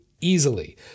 easily